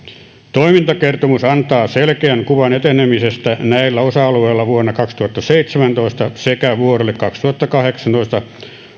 toimintakertomus antaa selkeän kuvan etenemisestä näillä osa alueilla vuonna kaksituhattaseitsemäntoista sekä vuodelle kaksituhattakahdeksantoista